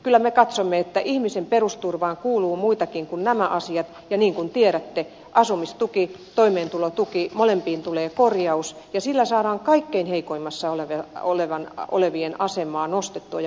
kyllä me katsoimme että ihmisen perusturvaan kuuluu muutakin kuin nämä asiat ja niin kuin tiedätte asumistukeen ja toimeentulotukeen molempiin tulee korjaus ja sillä saadaan kaikkein heikoimmassa asemassa olevien asemaa nostettua ja parannettua